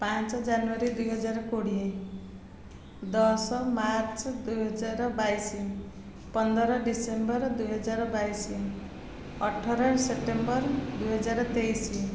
ପାଞ୍ଚ ଜାନୁଆରୀ ଦୁଇ ହଜାର କୋଡ଼ିଏ ଦଶ ମାର୍ଚ୍ଚ ଦୁଇ ହଜାର ବାଇଶି ପନ୍ଦର ଡିସେମ୍ବର ଦୁଇ ହଜାର ବାଇଶି ଅଠର ସେପ୍ଟେମ୍ବର ଦୁଇ ହଜାର ତେଇଶି